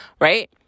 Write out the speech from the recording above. right